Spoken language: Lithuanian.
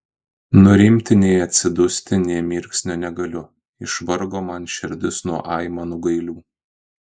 nurimti nei atsidusti nė mirksnio negaliu išvargo man širdis nuo aimanų gailių